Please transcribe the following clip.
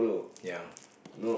ya